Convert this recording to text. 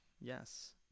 yes